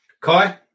Kai